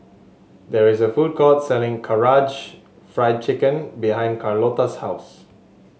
there is a food court selling Karaage Fried Chicken behind Carlota's house